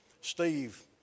Steve